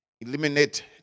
eliminate